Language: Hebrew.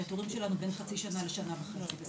כי התורים שלנו בין חצי שנה לשנה וחצי,